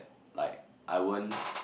like I won't